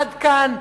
עד כאן.